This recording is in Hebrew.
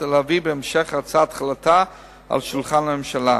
ולהביא בהמשך הצעת החלטה לשולחן הממשלה.